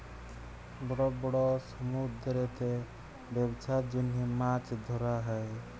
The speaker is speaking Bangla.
বড় বড় সমুদ্দুরেতে ব্যবছার জ্যনহে মাছ ধ্যরা হ্যয়